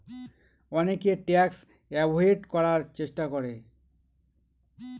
অনেকে tax avoid করার চেষ্টা করে